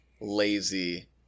lazy